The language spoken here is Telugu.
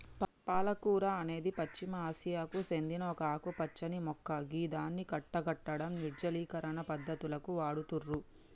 పాలకూర అనేది పశ్చిమ ఆసియాకు సేందిన ఒక ఆకుపచ్చని మొక్క గిదాన్ని గడ్డకట్టడం, నిర్జలీకరణ పద్ధతులకు వాడుతుర్రు